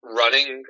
running